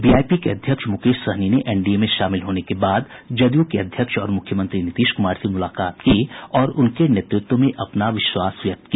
VIP के अध्यक्ष मुकेश सहनी ने एनडीए में शामिल होने के बाद जदयू अध्यक्ष और मुख्यमंत्री नीतीश कुमार से मुलाकात की और उनके नेतृत्व में अपना विश्वास व्यक्त किया